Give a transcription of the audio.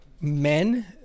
men